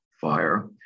Fire